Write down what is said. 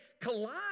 collide